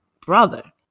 brother